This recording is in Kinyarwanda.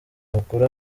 mukuru